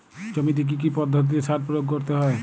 জমিতে কী কী পদ্ধতিতে সার প্রয়োগ করতে হয়?